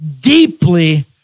deeply